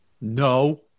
No